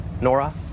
Nora